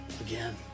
again